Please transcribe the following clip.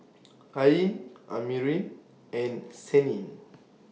Ain Amrin and Senin